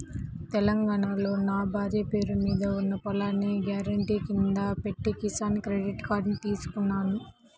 తెలంగాణాలో నా భార్య పేరు మీద ఉన్న పొలాన్ని గ్యారెంటీ కింద పెట్టి కిసాన్ క్రెడిట్ కార్డుని తీసుకున్నాను